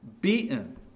beaten